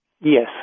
Yes